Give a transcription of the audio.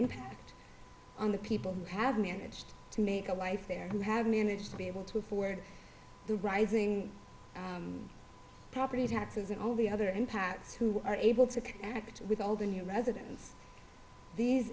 impact on the people who have managed to make a life there who have managed to be able to afford the rising property taxes and all the other impacts who are able to connect with all the new residents these